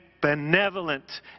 benevolent